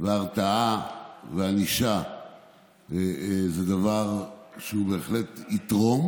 והרתעה וענישה הן דבר שבהחלט יתרום,